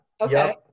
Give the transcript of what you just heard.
Okay